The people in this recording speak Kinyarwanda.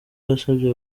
yasabye